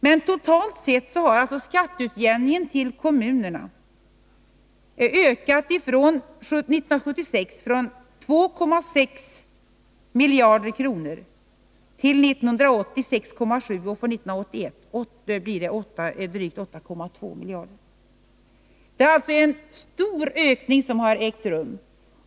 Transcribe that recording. Men totalt sett har skatteutjämningen till kommunerna ökat från 2,6 miljarder kronor år 1976 till 6,7 miljarder år 1980, och för 1981 blir den drygt 8,2 miljarder. Det har alltså ägt rum en stor ökning.